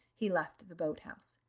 he left the boat-house.